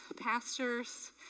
pastors